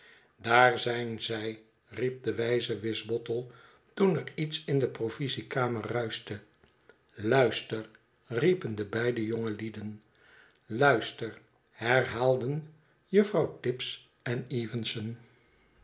daar zijn zij riep de wijze wisbottle toen er iets in de provisiekamer ruischte luister riepen de beide jongelieden luister herhaalden juffrouw tibbs en evenson